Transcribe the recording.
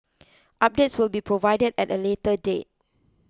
updates will be provided at a later date